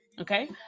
Okay